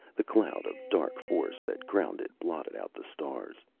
the cloud of dark force that crowned it blotted out the stars.